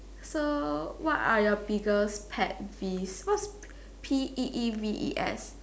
so what are your biggest peeves what's P E E V E S